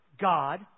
God